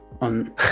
on